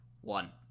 One